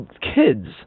kids